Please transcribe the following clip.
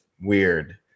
weird